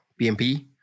BMP